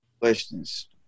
questions